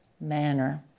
manner